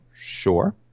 Sure